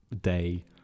day